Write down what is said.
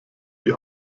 die